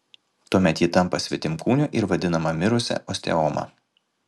tuomet ji tampa svetimkūniu ir vadinama mirusia osteoma